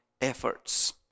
efforts